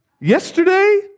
Yesterday